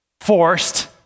forced